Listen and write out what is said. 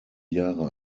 jahre